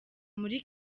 muri